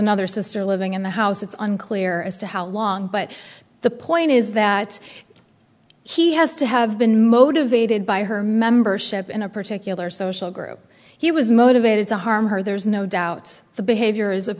another sister living in the house it's unclear as to how long but the point is that he has to have been motivated by her membership in a particular social group he was motivated to harm her there's no doubt the behavior is